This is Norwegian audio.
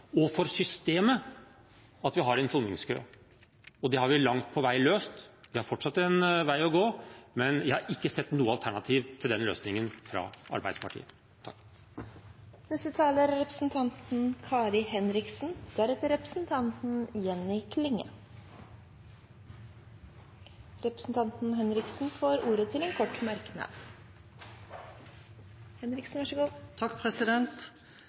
og for systemet, ved at vi har en soningskø. Det har vi langt på vei løst. Vi har fortsatt en vei å gå, men jeg har ikke sett noe alternativ til den løsningen fra Arbeiderpartiet. Kari Henriksen har hatt ordet to ganger tidligere og får ordet til en kort merknad,